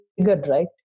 right